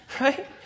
right